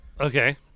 okay